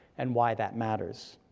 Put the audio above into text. and why that matters.